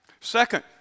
Second